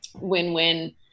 win-win